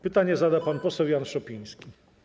Pytanie zada pan poseł Jan Szopiński.